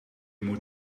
moet